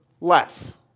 less